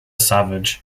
savage